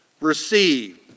Receive